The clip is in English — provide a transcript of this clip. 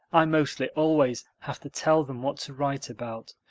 i mostly always have to tell them what to write about,